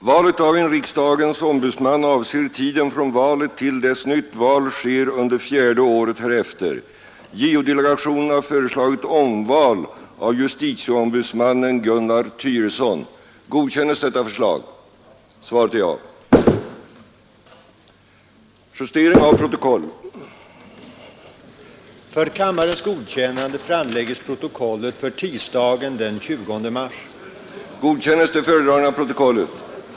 Valet av en riksdagens ombudsman avser tiden från valet till dess nytt val sker under fjärde året härefter. JO-delegationen har föreslagit omval av justitieombudsmannen Gunnar Thyresson. Kammaren beslöt att utse Gunnar Thyresson till riksdagens ombudsman för tiden från valet till dess nytt val under fjärde året härefter skett.